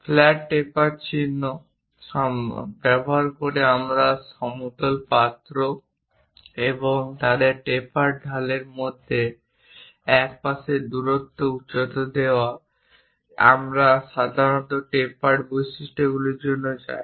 flat taper চিহ্ন ব্যবহার করে সমতল প্রান্ত এবং তাদের টেপার ঢালের মধ্যে এক পাশের দূরত্বের উচ্চতা দেওয়া আমরা সাধারণত টেপারড বৈশিষ্ট্যগুলির জন্য যাই